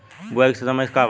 बुआई के सही समय का वा?